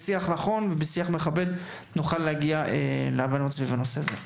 בשיח נכון ומכבד נוכל להגיע להבנות בנושא זה.